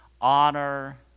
honor